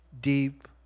deep